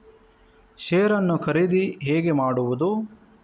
Share ನ್ನು ಖರೀದಿ ಹೇಗೆ ಮಾಡುವುದು?